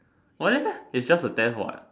why leh it's just a test what